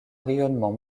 rayonnement